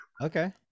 Okay